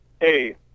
Hey